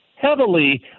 heavily